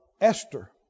Esther